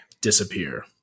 disappear